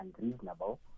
unreasonable